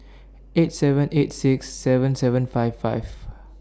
eight seven eight six seven seven five five